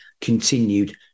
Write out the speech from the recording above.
continued